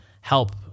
help